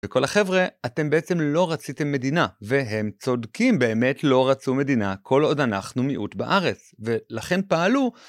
וכל החבר'ה, אתם בעצם לא רציתם מדינה, והם צודקים באמת לא רצו מדינה כל עוד אנחנו מיעוט בארץ, ולכן פעלו